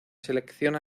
selección